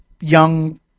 young